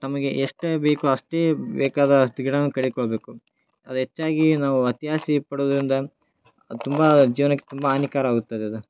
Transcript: ತಮಗೆ ಎಷ್ಟು ಬೇಕೋ ಅಷ್ಟೇ ಬೇಕಾದ ಅಷ್ಟು ಗಿಡವನ್ನ ಕಡಿದುಕೊಳ್ಬೇಕು ಅದು ಹೆಚ್ಚಾಗಿ ನಾವು ಅತಿ ಆಸೆ ಪಡೋದ್ರಿಂದ ಅದು ತುಂಬಾ ಜೀವನಕ್ಕೆ ತುಂಬಾ ಹಾನಿಕರವಾಗುತ್ತದೆ ಅದು